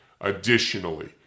Additionally